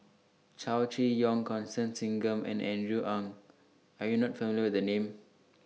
Chow Chee Yong Constance Singam and Andrew Ang YOU Are not familiar with The Names